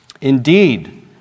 Indeed